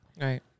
Right